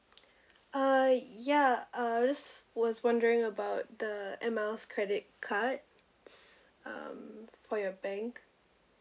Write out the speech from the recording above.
uh ya I uh just was wondering about the air miles credit cards um for your bank